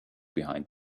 behind